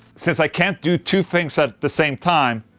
since i can't do two things at the same time